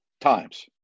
times